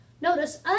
notice